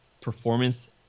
performance